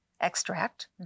extract